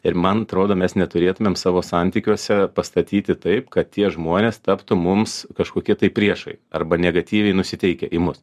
ir man atrodo mes neturėtumėm savo santykiuose pastatyti taip kad tie žmonės taptų mums kažkokie tai priešai arba negatyviai nusiteikę į mus